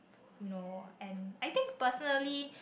you know and I think personally